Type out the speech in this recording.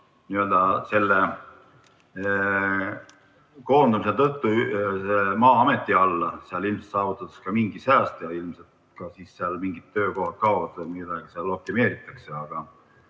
koondumise tõttu Maa-ameti alla seal ilmselt saavutatakse mingi sääst ja ilmselt ka mingid töökohad kaovad ja midagi seal optimeeritakse.